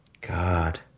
God